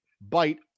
bite